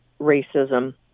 racism